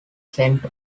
sent